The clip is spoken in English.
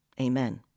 Amen